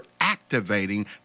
activating